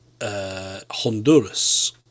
Honduras